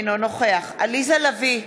אינו נוכח עליזה לביא,